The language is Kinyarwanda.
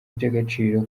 by’agaciro